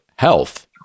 health